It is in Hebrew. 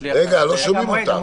זה להכשיל אותם,